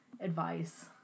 advice